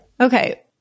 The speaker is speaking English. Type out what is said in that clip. Okay